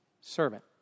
servant